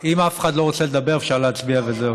אם אף אחד לא רוצה לדבר, אפשר להצביע וזהו.